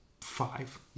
five